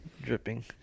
Dripping